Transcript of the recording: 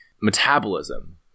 Metabolism